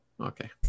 Okay